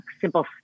simple